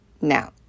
Now